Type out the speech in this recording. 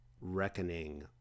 reckoning